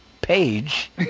page